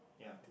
ya